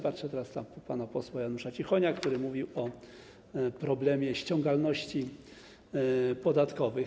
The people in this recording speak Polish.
Patrzę teraz na pana posła Janusza Cichonia, który mówił o problemie ściągalności podatków.